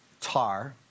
tar